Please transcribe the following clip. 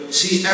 see